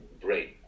brain